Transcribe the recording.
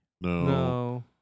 No